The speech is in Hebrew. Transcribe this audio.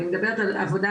אני מדברת על עבודה,